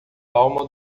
alma